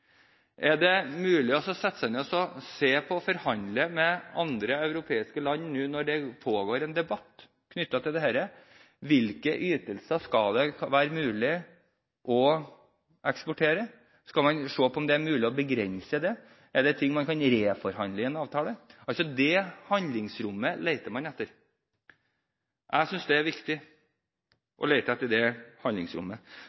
mulig å sette seg ned og se på dette, og forhandle med andre europeiske land nå når det pågår en debatt knyttet til dette: Hvilke ytelser skal det være mulig å eksportere? Skal man se på om det er mulig å begrense det? Er det ting man kan reforhandle i en avtale? Det handlingsrommet leter man etter – jeg synes det er